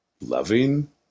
loving